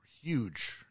huge